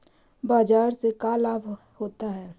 बाजार से का लाभ होता है?